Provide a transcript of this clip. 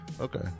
Okay